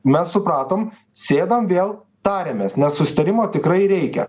mes supratom sėdam vėl tariamės nes susitarimo tikrai reikia